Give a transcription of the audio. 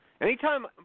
Anytime